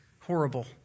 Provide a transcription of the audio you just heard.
horrible